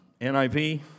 NIV